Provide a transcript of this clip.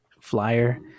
flyer